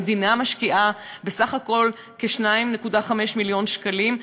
המדינה משקיעה בסך הכול כ-2.5 מיליון שקלים,